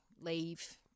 leave